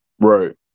Right